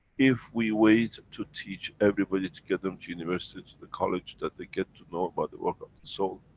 if we wait, to teach everybody, to get them to university, to the college. that they get to know about the work of the soul.